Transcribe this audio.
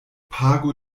pago